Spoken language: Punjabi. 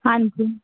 ਹਾਂਜੀ